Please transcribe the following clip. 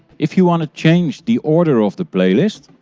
if you want to change the order of the playlist,